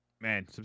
Man